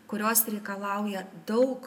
kurios reikalauja daug